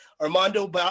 Armando